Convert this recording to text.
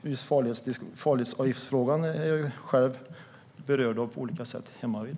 Farledsavgiftsfrågan är jag själv berörd av på olika sätt hemmavid.